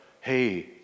hey